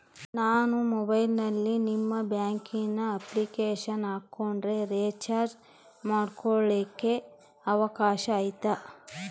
ನಾನು ಮೊಬೈಲಿನಲ್ಲಿ ನಿಮ್ಮ ಬ್ಯಾಂಕಿನ ಅಪ್ಲಿಕೇಶನ್ ಹಾಕೊಂಡ್ರೆ ರೇಚಾರ್ಜ್ ಮಾಡ್ಕೊಳಿಕ್ಕೇ ಅವಕಾಶ ಐತಾ?